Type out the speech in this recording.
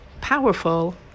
powerful